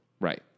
Right